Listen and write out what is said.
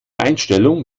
einstellung